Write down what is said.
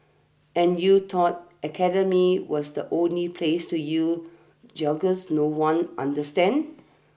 and you thought academia was the only place to use jargons no one understands